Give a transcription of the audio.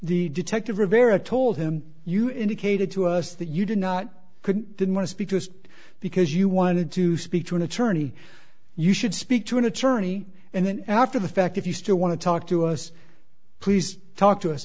the detective rivera told him you indicated to us that you did not couldn't didn't want to speak just because you wanted to speak to an attorney you should speak to an attorney and then after the fact if you still want to talk to us please talk to